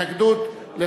הנושא נוגע אליך,